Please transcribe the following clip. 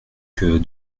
que